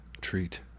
treat